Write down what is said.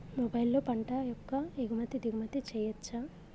మొబైల్లో పంట యొక్క ఎగుమతి దిగుమతి చెయ్యచ్చా?